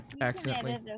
accidentally